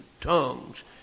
tongues